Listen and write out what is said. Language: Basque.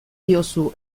diozu